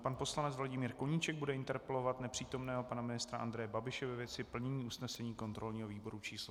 Pan poslanec Vladimír Koníček bude interpelovat nepřítomného pana ministra Andreje Babiše ve věci plnění usnesení kontrolního výboru číslo 138.